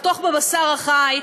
לחתוך בבשר החי.